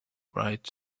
bright